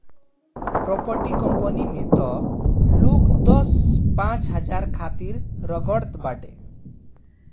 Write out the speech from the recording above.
private कंपनीन में तअ लोग दस पांच हजार खातिर रगड़त बाटे